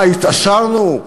מה, התעשרנו?